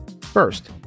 First